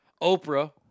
Oprah